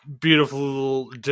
Beautiful